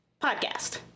podcast